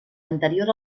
anterior